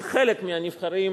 של חלק מהנבחרים